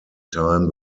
time